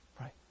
right